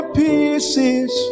pieces